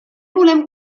volem